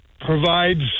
provides